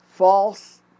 false